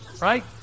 Right